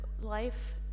life